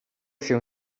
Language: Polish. się